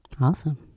Awesome